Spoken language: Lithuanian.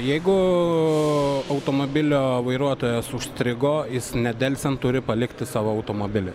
jeigu automobilio vairuotojas užstrigo jis nedelsiant turi palikti savo automobilį